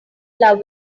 love